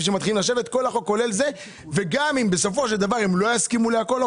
שמתחיל ואם בסופו של דבר הם לא יסכימו לכל,